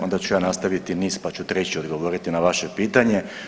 Onda ću ja nastaviti niz pa ću 3. odgovoriti na vaše pitanje.